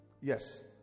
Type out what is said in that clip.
Yes